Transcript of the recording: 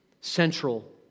central